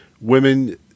women